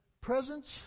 presence